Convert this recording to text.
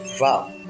wow